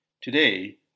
Today